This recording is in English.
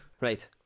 Right